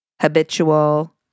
habitual